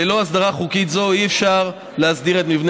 ללא הסדרה חוקית זו אי-אפשר להסדיר את מבנה